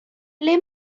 ble